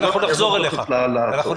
אנחנו נחזור אליך.